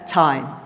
time